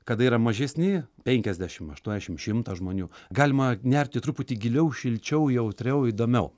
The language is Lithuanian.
kada yra mažesni penkiasdeši aštuoniašim šimtas žmonių galima nerti truputį giliau šilčiau jautriau įdomiau